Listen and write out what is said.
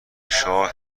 شاه